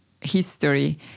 history